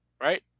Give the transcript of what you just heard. right